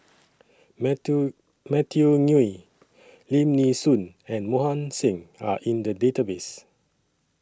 Matthew Matthew Ngui Lim Nee Soon and Mohan Singh Are in The Database